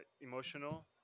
emotional